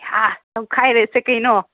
ꯍꯥ ꯇꯧꯈꯥꯏꯔꯁꯤ ꯀꯩꯅꯣ